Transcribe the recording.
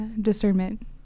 discernment